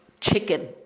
chicken